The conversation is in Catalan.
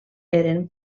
eren